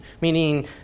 Meaning